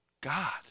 God